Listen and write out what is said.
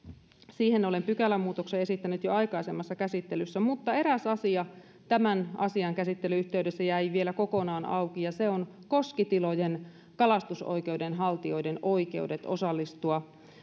siihen olen pykälämuutoksen esittänyt jo aikaisemmassa käsittelyssä mutta eräs asia tämän asian käsittelyn yhteydessä jäi vielä kokonaan auki ja se on koskitilojen kalastusoikeuden haltijoiden oikeudet osallistua